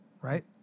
Right